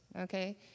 okay